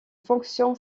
fonction